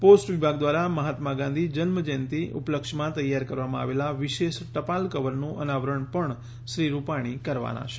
post વિભાગ દ્વારા મહાત્મા ગાંધી જન્મજયંતિ ઉપલક્ષ્યમાં તૈયાર કરવામાં આવેલા વિશેષ ટપાલ કવરનું અનાવરણ પણ શ્રી રૂપાણી કરવાના છે